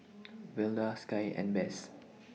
Velda Sky and Bess